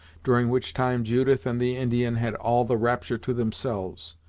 during which time judith and the indian had all the rapture to themselves.